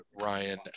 Ryan